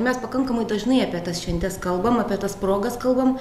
mes pakankamai dažnai apie tas šventes kalbam apie tas progas kalbam